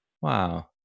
wow